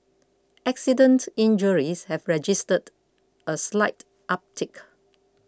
accident injuries have registered a slight uptick